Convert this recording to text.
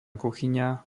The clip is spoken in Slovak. kuchyňa